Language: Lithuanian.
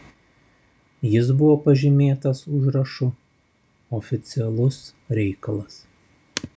jis buvo pažymėtas užrašu oficialus reikalas